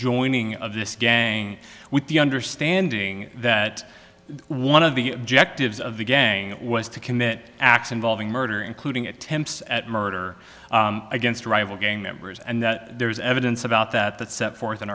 joining of this gang with the understanding that one of the objectives of the gang was to commit acts involving murder including attempts at murder against rival gang members and that there is evidence about that that set forth